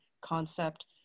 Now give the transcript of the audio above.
concept